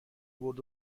برد